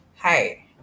Hi